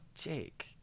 Jake